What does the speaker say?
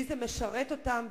כלי זה משרת אותם,